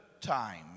time